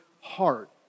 heart